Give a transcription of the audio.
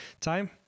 time